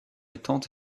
étant